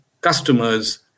customers